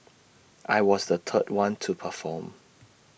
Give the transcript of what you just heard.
I was the third one to perform